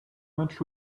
much